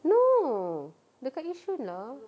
no dekat yishun lah